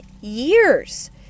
years